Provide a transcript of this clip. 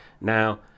Now